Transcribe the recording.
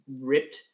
ripped